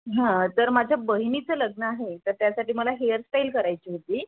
हां तर माझ्या बहिणीचं लग्न आहे तर त्यासाठी मला हेअरस्टाईल करायची होती